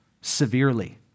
severely